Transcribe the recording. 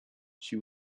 she